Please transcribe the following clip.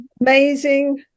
amazing